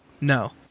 No